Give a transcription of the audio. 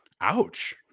Ouch